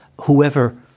whoever